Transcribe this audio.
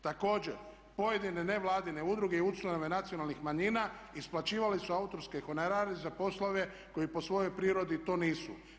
Također pojedine nevladine udruge i ustanove nacionalnih manjina isplaćivale su autorske honorare za poslove koji po svojoj prirodi to nisu.